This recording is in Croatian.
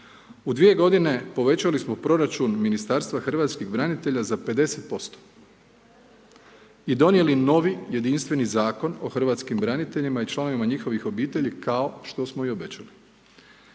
U dvije godine povećali smo proračun Ministarstva hrvatskih branitelja za 50% i donijeli novi jedinstveni zakon o hrvatskim braniteljima i članovima njihovih obitelji, kao što smo i obećali.